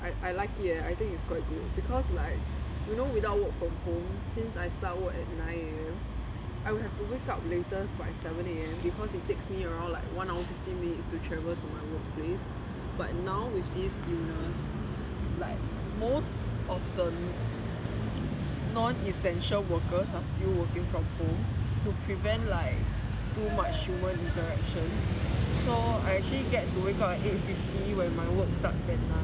I I like it eh I think it's quite good because like you know without work from home since I start work at nine A_M I will have to wake up latest by seven A_M because it takes me around like one hour fifteen minutes to travel to my workplace but now with this illness like most of the non essential workers are still working from home to prevent like too much human interaction so I actually get to wake up at eight fifty when my work starts at nine